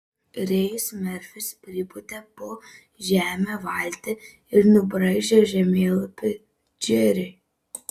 rėjus merfis pripūtė po žeme valtį ir nubraižė žemėlapį džeriui